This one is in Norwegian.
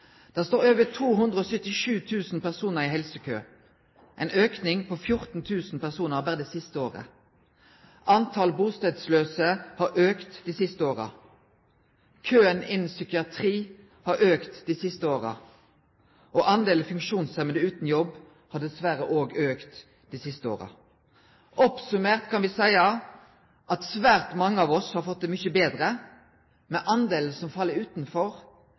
står over 277 000 personar i helsekø – ein auke på 14 000 personar berre det siste året. Talet på bustadlause har auka dei siste åra. Køen innan psykiatri har auka dei siste åra. Og talet på funksjonshemma utan jobb har dessverre også auka dei siste åra. Oppsummert kan me seie at svært mange av oss har fått det mykje betre, men den delen som fell utanfor,